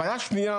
הבעיה השנייה